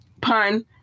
Pun